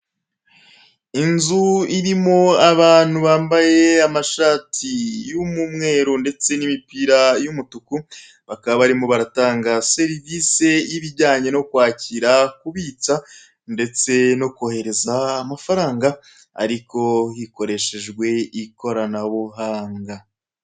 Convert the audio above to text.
Inzu irimo abantu bambaye amashati y'umweru ndetse n'imipira y'umutuku, bakaba barimo baratanga serivise y'ibijyanye no kwakira, kubika, ndetse no kohereza amafaranga ariko hakoreshejwe ikoranabuhanga.